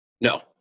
no